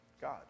God